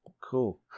Cool